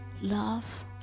love